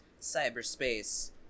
Cyberspace